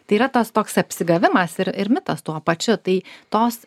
tai yra tas toks apsigavimas ir ir mitas tuo pačiu tai tos